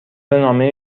نامه